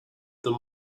them